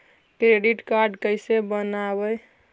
Credit card कैसे बनवाई?